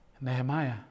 Nehemiah